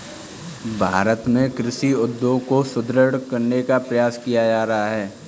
भारत में कृषि उद्योग को सुदृढ़ करने का प्रयास किया जा रहा है